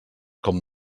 com